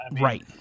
Right